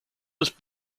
was